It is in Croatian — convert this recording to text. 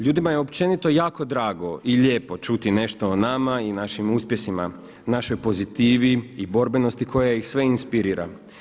Ljudima je općenito jako drago i lijepo čuti nešto o nama i našim uspjesima, našoj pozitivi i borbenosti koja ih sve inspirira.